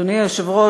אדוני היושב-ראש,